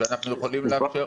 שאנחנו יכולים לאשר.